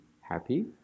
happy